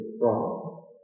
promise